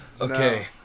Okay